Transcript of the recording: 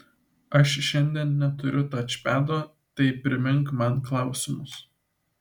aš šiandien neturiu tačpado tai primink man klausimus